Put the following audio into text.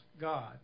God